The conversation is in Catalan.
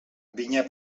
vinya